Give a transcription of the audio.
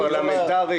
פרלמנטרית,